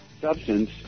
substance